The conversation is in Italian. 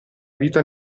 vita